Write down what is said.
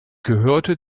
gehörte